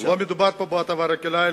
לא מדובר פה בהטבה רגילה,